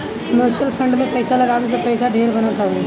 mutual fund में पईसा लगावे से पईसा ढेर बनत हवे